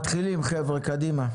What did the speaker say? מתחילים, חבר'ה, קדימה.